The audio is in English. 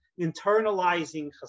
internalizing